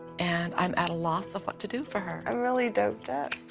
and i'm at a loss of what to do for her. i really doubt that.